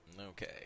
Okay